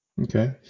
Okay